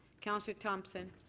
councillor thompson.